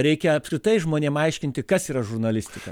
reikia apskritai žmonėm aiškinti kas yra žurnalistika